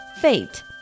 fate